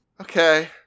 Okay